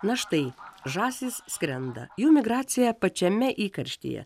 na štai žąsys skrenda jų migracija pačiame įkarštyje